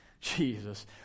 Jesus